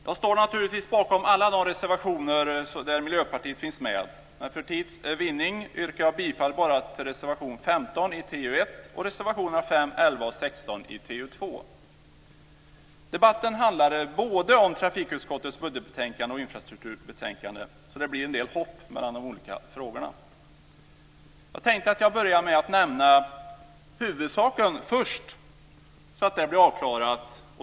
Herr talman! Jag står naturligtvis bakom alla de reservationer där Miljöpartiet finns med, men för tids vinning yrkar jag bifall bara till reservation 15 i TU1 och reservationerna 5, 11 och 16 i TU2. Debatten handlar både om trafikutskottets budgetbetänkande och om infrastrukturbetänkandet, så det blir en del hopp mellan de olika frågorna. Jag tänkte börja med att nämna huvudsaken först, så att det blir avklarat.